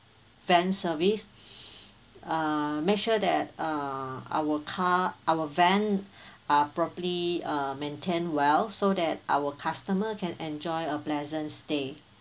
van service err make sure that err our car our van are properly err maintained well so that our customers can enjoy a pleasant stay